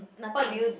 nothing